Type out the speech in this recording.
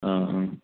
ആ ആ